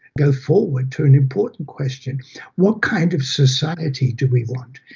go forward to an important question what kind of society do we want?